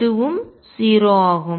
இதுவும் 0 ஆகும்